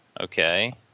okay